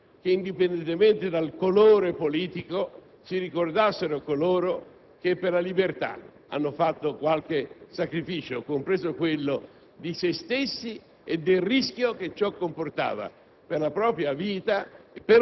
Sarebbe bene che, indipendentemente dal colore politico, si ricordassero coloro che per la libertà hanno fatto dei sacrifici, compreso quello di se stessi, affrontando il rischio che ciò comportava